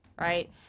Right